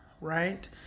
right